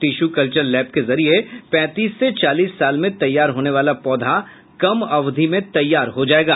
tissue culture lab के जरिये पैंतीस से चालीस साल में तैयार होने वाला पौधा कम अवधि में तैयार हो जायेगा